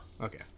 Okay